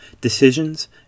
decisions